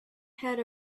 had